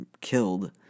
killed